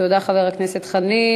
תודה, חבר הכנסת חנין.